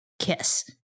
kiss